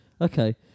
okay